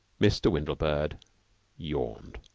mr. windlebird yawned.